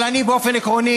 אבל באופן עקרוני,